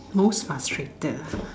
most frustrated ah